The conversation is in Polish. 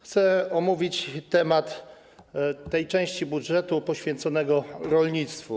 Chcę omówić temat części budżetu poświęconej rolnictwu.